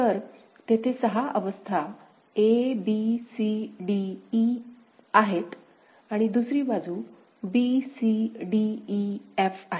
तर तेथे सहा अवस्था a b c d e आहेत आणि दुसरी बाजू b c d e f आहे